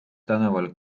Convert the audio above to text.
tänaval